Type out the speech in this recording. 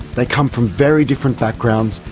they come from very different backgrounds,